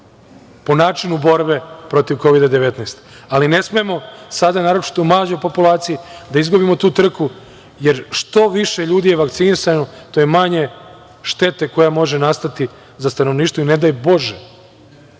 po načinu borbe protiv Kovida-19. Ne smemo sada, naročito u mlađoj populaciji, da izgubimo tu trku, jer što više ljudi je vakcinisano to je manje štete koja može nastati za stanovništvo i ne daj Bože